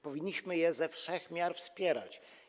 Powinniśmy je ze wszech miar wspierać.